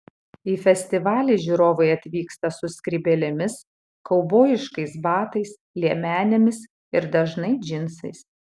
į festivalį žiūrovai atvyksta su skrybėlėmis kaubojiškais batais liemenėmis ir dažnai džinsais